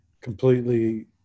completely